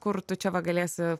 kur tu čia va galėsi